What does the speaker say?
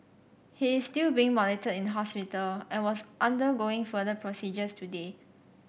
he is still being monitored in hospital and was undergoing further procedures today